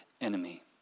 enemy